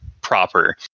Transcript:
proper